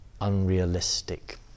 unrealistic